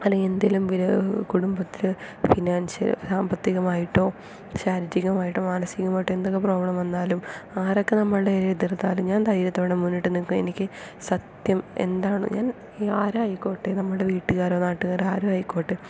അല്ലേൽ എന്തേലും കുടുംബത്തില് പിന്നെ ഫിനാൻഷ്യൽ സാമ്പത്തികമായിട്ടോ ശാരീരികമായിട്ടോ മനസികമായിട്ടോ എന്തൊക്കെ പ്രോബ്ലം വന്നാലും ആരൊക്കെ നമ്മളെ എതിർത്താലും ഞാൻ ധൈര്യത്തോടെ മുന്നോട്ട് നിൽക്കും എനിക്ക് സത്യം എന്താണ് ഞാൻ ഇനി ആരായികൊട്ടെ നമ്മുടെ വീട്ടുകാരോ നാട്ടുകാരോ ആരും ആയിക്കോട്ടെ